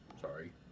Sorry